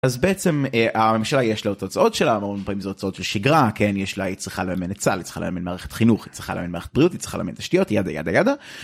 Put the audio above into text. אז בעצם הממשלה יש לה את ההוצאות שלה, המון פעמים זה תוצאות של שגרה, כן, יש לה... היא צריכה לממן את צה"ל, היא צריכה לממן מערכת חינוך, היא צריכה לממן מערכת בריאות, היא צריכה לממן תשתיות, ידה ידה ידה.